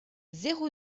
zéro